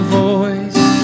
voice